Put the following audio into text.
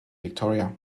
victoria